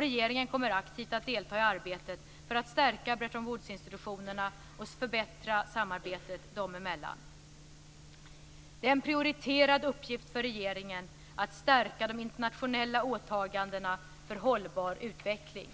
Regeringen kommer att aktivt delta i arbetet för att stärka Bretton Woods-institutionerna och förbättra samarbetet dem emellan. Det är en prioriterad uppgift för regeringen att stärka de internationella åtagandena för hållbar utveckling.